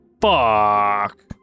fuck